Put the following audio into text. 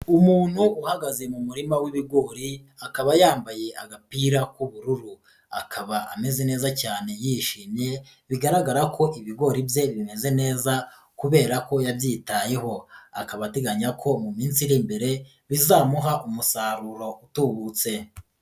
Umuntu uhagaze mu murima w'ibigori akaba yambaye agapira k'ubururu akaba ameze neza cyane yishimye bigaragara ko ibigori bye bimeze neza kubera ko yabyitayeho, akaba ateganya ko mu minsi iri imbere bizamuha umusaruro utubutse.